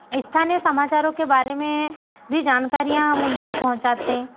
स्थानीय समाचारों के बारे में भी जानकारियाँ हम उन तक पहुँचाते हैं